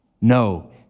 No